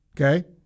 Okay